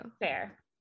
Fair